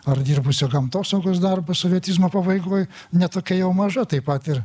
ar dirbusio gamtosaugos darbą sovietizmo pabaigoj ne tokia jau maža taip pat ir